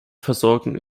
versorgung